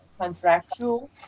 contractual